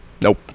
nope